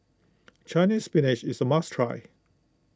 Chinese Spinach is a must try